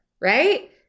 right